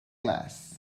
glass